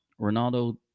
Ronaldo